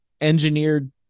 engineered